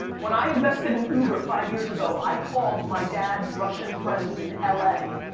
when i invested in uber five years ago, i called my dad's russian friends in l a.